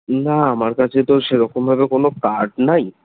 না আমার কাছে তো সেরকমভাবে কোনো কার্ড নাই